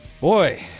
boy